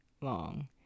long